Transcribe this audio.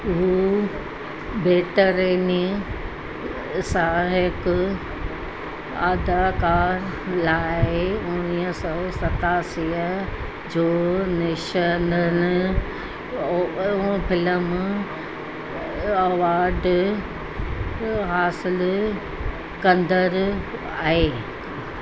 हू बेटरिनि साहिक आधार कार्ड लाइ उणवीह सौ सतासीअ जो नेशनअनल आऊ पिलम अवॉड अ हासिल कंदड़ आहे